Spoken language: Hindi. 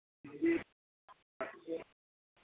जी